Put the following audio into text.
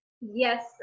Yes